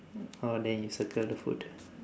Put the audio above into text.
oh then you circle the foot